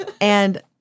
And-